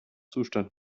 zustand